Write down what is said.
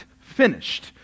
finished